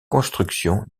construction